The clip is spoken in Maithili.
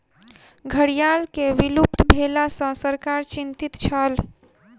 घड़ियाल के विलुप्त भेला सॅ सरकार चिंतित छल